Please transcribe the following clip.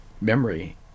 memory